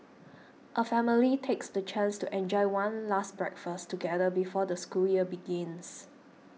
a family takes the chance to enjoy one last breakfast together before the school year begins